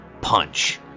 punch